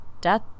death